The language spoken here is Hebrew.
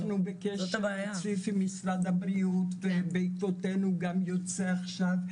ואנחנו בקשר רציף עם משרד הבריאות וגם יוצא עכשיו,